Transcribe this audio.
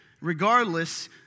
Regardless